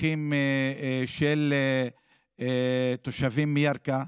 בשטחים של תושבים מירכא,